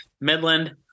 Midland